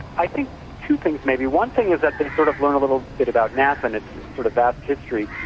i think two things maybe, one thing is that they sort of learn a little bit about nasa and its sort of vast history.